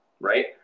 right